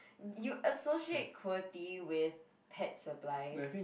you associate with pet supplies